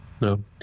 No